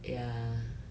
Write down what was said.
ya